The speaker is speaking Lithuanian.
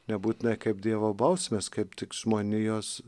nebūtinai kaip dievo bausmės kaip tik žmonijos